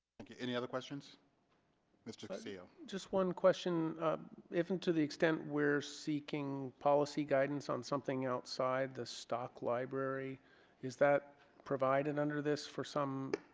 and yeah any other questions mr castillo just one given to the extent where seeking policy guidance on something outside the stock library is that provided under this for some